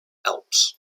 alps